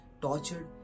tortured